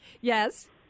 yes